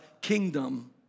kingdom